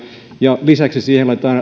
kun siihen lisäksi laitetaan